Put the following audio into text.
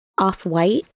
Off-White